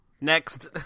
Next